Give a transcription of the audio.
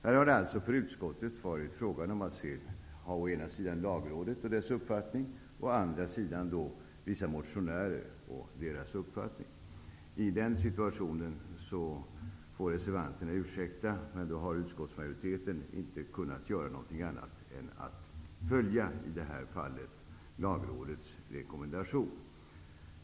Här har det alltså för utskottet varit fråga om att beakta å ena sidan Lagrådet och å andra sidan vissa motionärer och deras uppfattning. Reservanterna får ursäkta, men utskottsmajoriteten har i det här fallet inte kunnat göra någonting annat än att följa Lagrådets rekommendation.